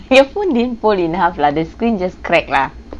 your phone didn't fold in half lah the screen just crack lah